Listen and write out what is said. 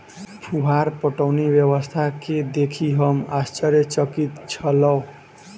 फुहार पटौनी व्यवस्था के देखि हम आश्चर्यचकित छलौं